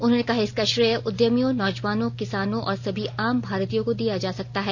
उन्होंने कहा कि इसका श्रेय उद्यमियों नौजवानों किसानों और सभी आम भारतीयों को दिया जा सकता है